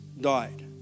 died